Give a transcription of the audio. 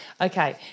okay